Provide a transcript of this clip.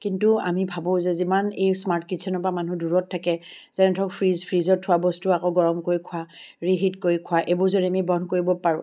কিন্তু আমি ভাবোঁ যে যিমান এই স্মাৰ্ট কিচ্ছেনৰ পৰা মানুহ দূৰত থাকে যেনে ধৰক ফ্ৰীজ ফ্ৰীজত থোৱা বস্তু আকৌ গৰম কৰি খোৱা ৰি হিট কৰি খোৱা এইবোৰ যদি আমি বন্ধ কৰিব পাৰোঁ